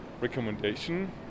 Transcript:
recommendation